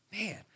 Man